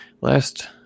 Last